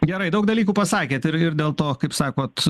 gerai daug dalykų pasakėt ir ir dėl to kaip sakot